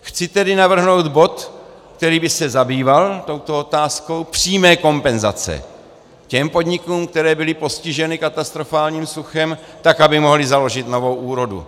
Chci tedy navrhnout bod, který by se zabýval touto otázkou přímé kompenzace těm podnikům, které byly postiženy katastrofálním suchem, tak aby mohly založit novou úrodu.